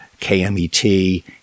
KMET